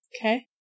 Okay